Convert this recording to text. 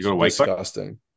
disgusting